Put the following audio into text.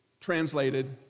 translated